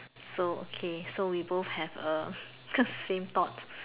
so okay so we both have a same thought